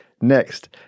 Next